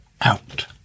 out